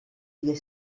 dia